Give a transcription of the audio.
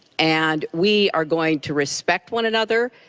and we are going to respect one another,